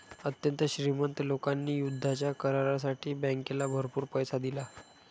अत्यंत श्रीमंत लोकांनी युद्धाच्या करारासाठी बँकेला भरपूर पैसा दिला